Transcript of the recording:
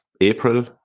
April